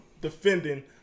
defending